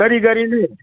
ꯀꯔꯤ ꯀꯔꯤꯅꯣ